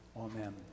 Amen